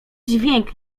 dźwięk